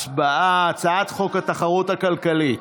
הצבעה, הצעת חוק התחרות הכלכלית.